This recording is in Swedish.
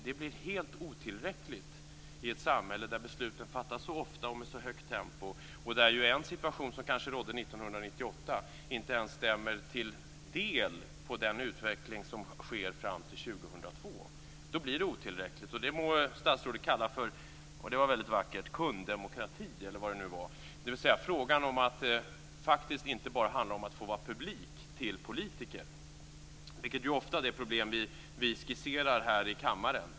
Det blir helt otillräckligt i ett samhälle där besluten fattas så ofta och med så högt tempo och där ju en situation som kanske rådde 1998 inte ens delvis stämmer på den utveckling som sker fram till år 2002. Då blir det otillräckligt. Det må statsrådet kalla för - och det var väldigt vackert - kunddemokrati eller vad det nu var, dvs. att det faktiskt inte bara handlar om att få vara publik till politiker. Det är ju ofta det problem vi skisserar här i kammaren.